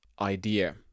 idea